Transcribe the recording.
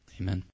Amen